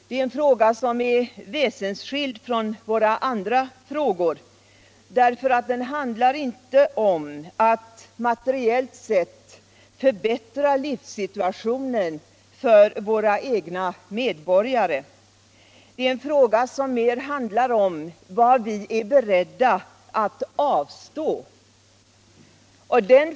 Det här är en fråga som är väsensskild från våra andra frågor, eftersom den inte handlar om att materiellt sett förbättra livssituationen för våra cgna medborgare. Det handlar mer om vad vi är beredda att avstå.